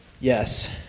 Yes